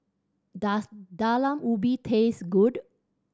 does Talam Ubi taste good